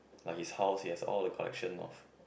like his house he has all the collection of